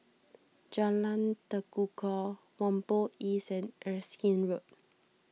Jalan Tekukor Whampoa East and Erskine Road